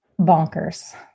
bonkers